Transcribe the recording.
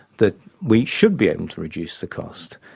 that we should be able to reduce the cost.